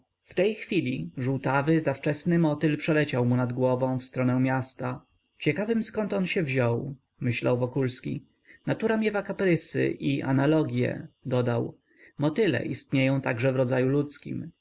w tej chwili żółtawy zawczesny motyl przeleciał mu nad głową w stronę miasta ciekawym zkąd on się wziął myślał wokulski natura miewa kaprysy i analogie dodał motyle istnieją także w rodzaju ludzkim